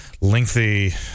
lengthy